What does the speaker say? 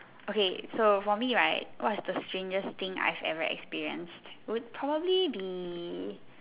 okay so for me right what's the strangest thing I've ever experienced would probably be